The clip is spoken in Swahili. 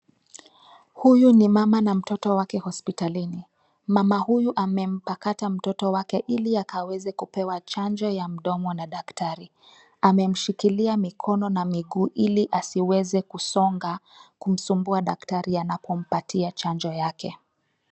Huyu ni mama na mtoto wake hospitalini. Mama huyu amempakata mtoto wake ili akaweze kupewa chanjo ya mdomo na daktari. Amemshikilia mikono na miguu ili asiweze kusonga, kumsumbua dakatari anapompatia chanjo yake.